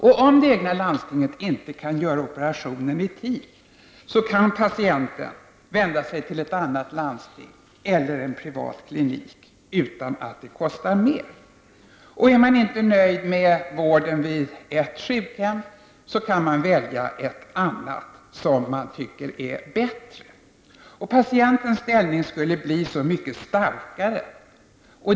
Om det egna landstinget inte kan göra operationer i tid, kan patienten vända sig till ett annat landsting eller en privat klinik, utan att det kostar mer. Och är man inte nöjd med vården vid ett sjukhem, kan man välja ett annat som man tycker är bättre. Patientens ställning skulle bli så mycket starkare.